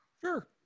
Sure